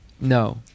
No